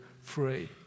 free